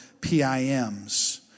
PIMs